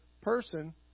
person